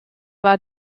war